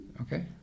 Okay